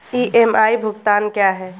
EMI भुगतान क्या है?